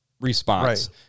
response